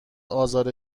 آزار